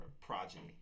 progeny